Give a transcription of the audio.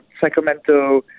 Sacramento